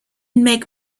even